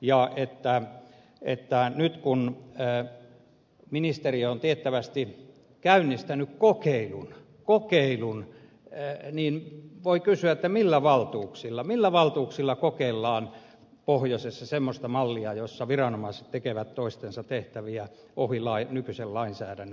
ja nyt kun ministeriö on tiettävästi käynnistänyt kokeilun niin voi kysyä millä valtuuksilla kokeillaan pohjoisessa semmoista mallia jossa viranomaiset tekevät toistensa tehtäviä ohi nykyisen lainsäädännön